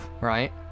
right